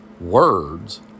words